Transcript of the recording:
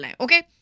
okay